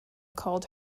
called